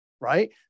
right